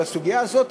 בסוגיה הזאת